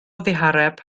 ddihareb